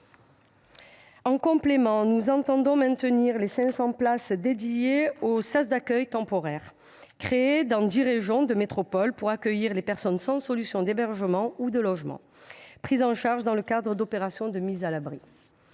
En complément, nous entendons maintenir les 500 places destinées aux sas d’accueil temporaire créés dans dix régions de métropole pour accueillir les personnes sans solution d’hébergement ou de logement, prises en charge dans le cadre d’opérations de mise à l’abri.